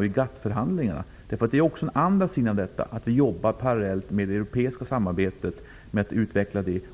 En annan sida av detta är att vi parallellt jobbar med att utveckla det europeiska samarbetet